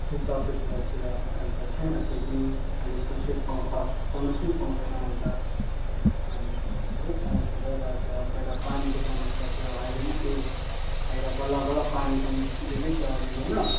त्यो दसैँ तिहारतिर अहिले त छैन त्यो पनि अलिक कसैले पा पाउँ बोनस नि पाउँदैन अहिले त अनि थुप्रै समस्या भइरहेको छ पहिला पानीको समस्या थियो अहिले पनि त्यही पहिला बल्लबल्ल पानीसानी दिँदै थियो अलिअलि होइन